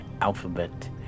alphabet